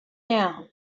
now